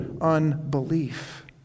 unbelief